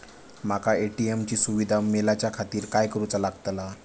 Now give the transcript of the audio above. माका ए.टी.एम ची सुविधा मेलाच्याखातिर काय करूचा लागतला?